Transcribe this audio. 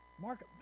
Mark